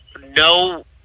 no